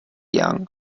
young